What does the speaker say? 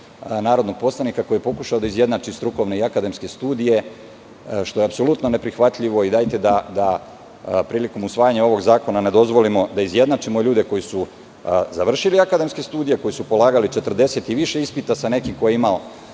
narodnog poslanika, koji je pokušao da izjednači strukovne i akademske studije, što je apsolutno neprihvatljivo. Dajte da prilikom usvajanja ovog zakona, ne dozvolimo da izjednačimo ljude koji su završili akademske studije, koji su polagali 40 i više ispita, sa nekim ko je imao